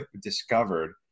discovered